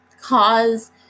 cause